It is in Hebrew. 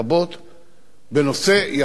בנושא יחסנו אל המיעוטים.